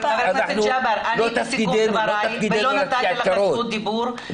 --- לא תפקידנו --- לא נתתי לך זכות דיבור.